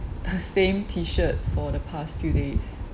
same T-shirt for the past few days